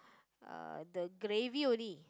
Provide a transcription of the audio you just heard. uh the gravy only